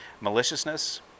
Maliciousness